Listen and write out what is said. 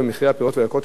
יש לה משמעות גדולה.